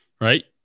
right